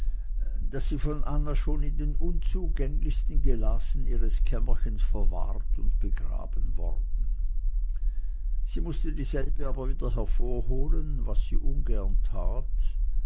daß sie von anna schon in den unzugänglichsten gelassen ihres kämmerchens verwahrt und begraben worden sie mußte dieselbe aber wieder hervorholen was sie ungern tat